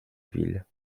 ville